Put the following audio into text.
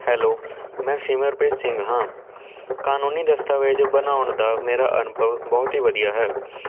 hello ਮੈਂ ਸਿਮਰਪ੍ਰੀਤ ਸਿੰਘ ਹਾਂ ਕਾਨੂੰਨੀ ਦਸਤਾਵੇਜ ਬਣਉਣ ਦਾ ਮੇਰਾ ਅਨੁਭਵ ਬਹੁਤ ਹੀ ਵਧੀਆ ਹੈ